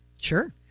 Sure